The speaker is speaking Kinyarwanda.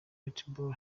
netball